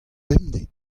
bemdez